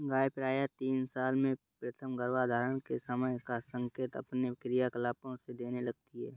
गाय प्रायः तीन साल में प्रथम गर्भधारण के समय का संकेत अपने क्रियाकलापों से देने लगती हैं